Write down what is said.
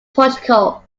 portugal